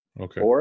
Okay